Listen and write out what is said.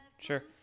sure